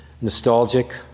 nostalgic